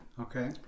Okay